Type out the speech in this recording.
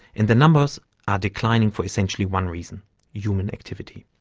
and their numbers are declining for essentially one reason human activity.